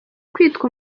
kwitwa